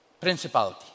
principality